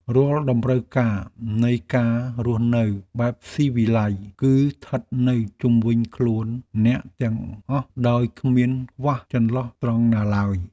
រាល់តម្រូវការនៃការរស់នៅបែបស៊ីវិល័យគឺស្ថិតនៅជុំវិញខ្លួនអ្នកទាំងអស់ដោយគ្មានខ្វះចន្លោះត្រង់ណាឡើយ។